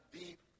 deep